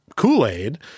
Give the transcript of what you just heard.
Kool-Aid